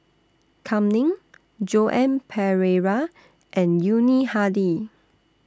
Kam Ning Joan Pereira and Yuni Hadi